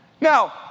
Now